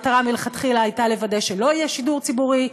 המטרה מלכתחילה הייתה לוודא שלא יהיה שידור ציבורי,